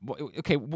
Okay